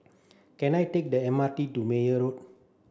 can I take the M R T to Meyer Road